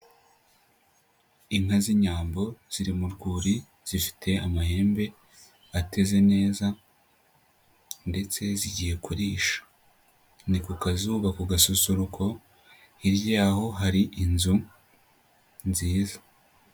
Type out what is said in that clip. Inka z'inyambo ziri mu rwuri, zifite amahembe ateze neza ndetse zigiye kurisha, ni ku kazuba ku gasusuruko, hirya y'aho hari inzu nziza.